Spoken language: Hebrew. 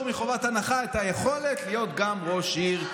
מחובת הנחה את היכולת גם להיות ראש עיר,